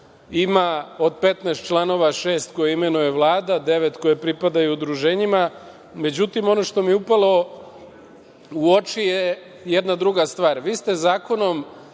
Ima od 15 članova šest koje imenuje Vlada, devet koji pripadaju udruženjima.Međutim, ono što mi je upalo u oči je jedna druga stvar. Vi ste zakonom